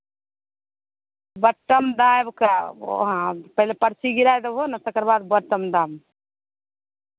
button दाबि कऽ वहाँ पहिले परची गिराय देबहो ने तकर बाद बटम दाब